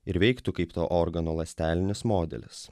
ir veiktų kaip to organo ląstelinis modelis